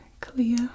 clear